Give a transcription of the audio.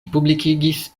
publikigis